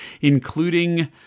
including